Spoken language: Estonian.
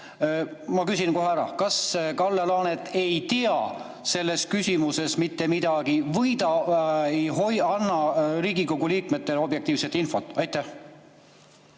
Ma küsin kohe ära: kas Kalle Laanet ei tea sellest küsimusest mitte midagi või ta ei anna Riigikogu liikmetele objektiivset infot? Aitäh,